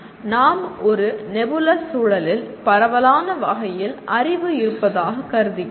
நாம் ஒரு நெபுலஸ் சூழலில் பரவலான வகையில் அறிவு இருப்பதாக கருதுகிறோம்